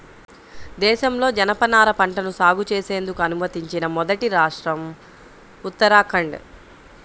దేశంలో జనపనార పంటను సాగు చేసేందుకు అనుమతించిన మొదటి రాష్ట్రం ఉత్తరాఖండ్